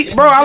Bro